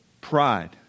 pride